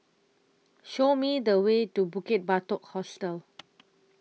Show Me The Way to Bukit Batok Hostel